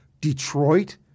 Detroit